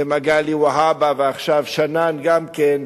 ומגלי והבה, ועכשיו שנאן גם כן,